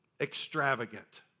extravagant